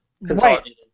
Right